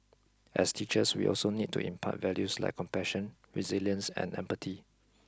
as teachers we also need to impart values like compassion resilience and empathy